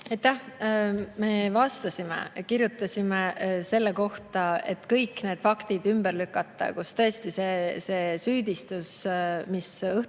Me vastasime. Kirjutasime selle kohta, et need faktid ümber lükata – tõesti, see süüdistus, mis Õhtulehe